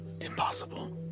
Impossible